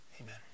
amen